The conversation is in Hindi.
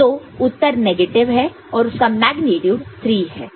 तो उत्तर नेगेटिव है और उसका मेग्नीट्यूड 3 है